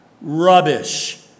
Rubbish